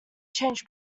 change